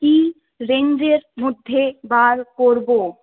কী রেঞ্জের মধ্যে বার করব